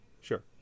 sure